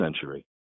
century